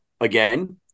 again